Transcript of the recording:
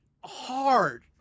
hard